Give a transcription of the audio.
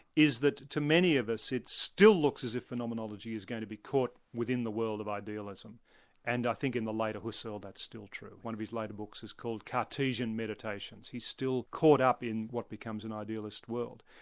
is that to many of us it still looks as if phenomenology is going to be caught within the world of idealism and i think in the light of husserl that's still true. one of his later books is called cartesian meditations. he's still caught up in what becomes an idealist's world.